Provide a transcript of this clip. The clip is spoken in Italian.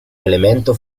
elemento